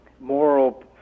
moral